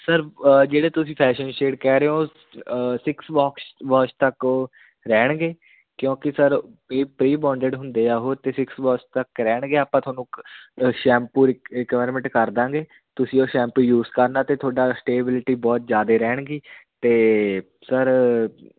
sir ਜਿਹੜੇ ਤੁਸੀਂ fashion shade ਕਹਿ ਸਕਦੇ ਰਹੇ ਹੋ ਸਿਕਸ ਵੋਕਸ ਵੋਸ਼ ਤੱਕ ਉਹ ਰਹਿਣਗੇ ਕਿਉਂਕਿ ਸਰ ਇਹ ਪਈ ਪਈਬੌਂਡਡ ਹੁੰਦੇ ਆ ਉਹ ਅਤੇ ਸਿਕਸ ਵੋਸ਼ ਤੱਕ ਰਹਿਣਗੇ ਆਪਾਂ ਤੁਹਾਨੂੰ ਇੱਕ ਸ਼ੈਂਪੂ ਰਿਕ ਰਿਕੁਐਰਮੈਂਟ ਕਰਦਾਂਗੇ ਤੁਸੀਂ ਉਹ ਸ਼ੈਂਪੂ ਯੂਜ ਕਰਨਾ ਅਤੇ ਤੁਹਾਡਾ ਸਟੇਬਿਲਟੀ ਬਹੁਤ ਜ਼ਿਆਦੇ ਰਹਿਣਗੀ ਅਤੇ ਸਰ